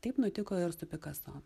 taip nutiko ir su pikaso